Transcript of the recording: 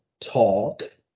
talk